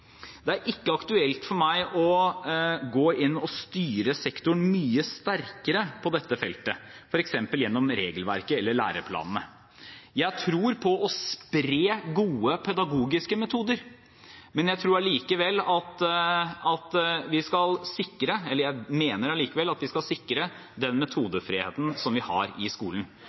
Det er ikke aktuelt for meg å gå inn og styre sektoren mye sterkere på dette feltet f.eks. gjennom regelverket eller læreplanene. Jeg tror på å spre gode pedagogiske metoder, men jeg mener allikevel at vi skal sikre den metodefriheten som vi har i skolen. Det betyr altså ikke at vi ikke skal